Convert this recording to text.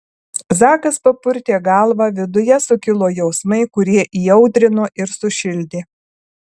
zakas papurtė galvą viduje sukilo jausmai kurie įaudrino ir sušildė